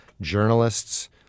journalists